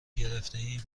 گرفتهایم